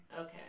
Okay